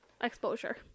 exposure